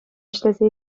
ӗҫлесе